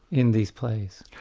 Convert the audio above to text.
in these plays'.